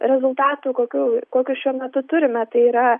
rezultatų kokių kokius šiuo metu turime tai yra